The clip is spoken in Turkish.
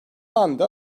anda